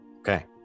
Okay